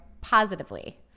positively